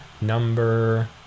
number